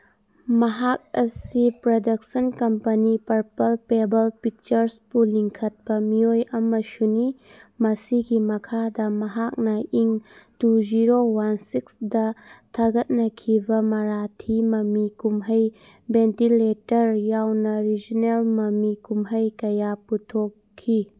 ꯃꯍꯥꯛ ꯑꯁꯤ production company Purple Pebble ꯄꯤꯛꯆꯔꯁꯄꯨ ꯂꯤꯡꯈꯠꯄ ꯃꯤꯑꯣꯏ ꯑꯃꯁꯨꯅꯤ ꯃꯁꯤꯒꯤ ꯃꯈꯥꯗ ꯃꯍꯥꯛꯅ ꯏꯪ ꯇꯨ ꯖꯤꯔꯣ ꯋꯥꯟ ꯁꯤꯛꯁꯗ ꯊꯥꯒꯠꯅꯈꯤꯕ ꯃꯔꯥꯊꯤ ꯃꯃꯤ ꯀꯨꯝꯍꯩ ꯚꯦꯟꯇꯤꯂꯦꯇꯔ ꯌꯥꯎꯅ ꯔꯤꯖꯅꯦꯜ ꯃꯃꯤ ꯀꯨꯝꯍꯩ ꯀꯌꯥ ꯄꯨꯊꯣꯛꯈꯤ